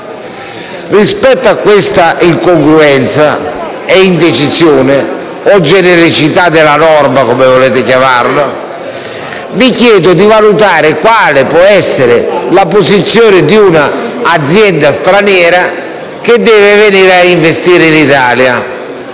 Rispetto a questa incongruenza e indecisione o genericità della norma, come volete chiamarla, vi chiedo di valutare quale può essere la posizione di un'azienda straniera che deve venire a investire in Italia.